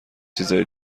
چیزای